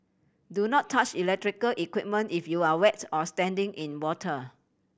do not touch electrical equipment if you are wets or standing in water